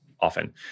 often